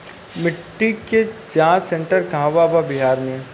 मिटी के जाच सेन्टर कहवा बा बिहार में?